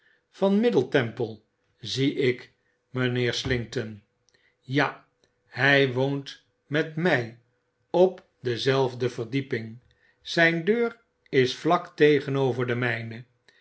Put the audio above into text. van middle temple zie ik mynheer slinkton ja hg woont met mg op dezelfde verdieping zgn deur is vlak tegenover de mjjne